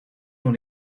dans